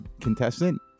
contestant